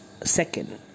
Second